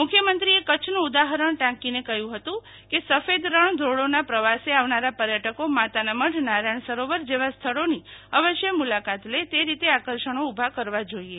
મુખ્યમંત્રીએ કચ્છનું ઉદાહરણ ટાંકીને કહ્યુ કે સફેદ રણ ધોરડોના પ્રશ્નાસે આવનારા પર્યટકો માતાના મઢનારાયણ સરોવર જેવા સ્થળોની અવશ્ય મુલાકાત લે તે રીતે આકર્ષણો ઉભા કરવા જોઈએ